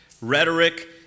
Rhetoric